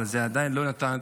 אבל זה עדיין לא נתן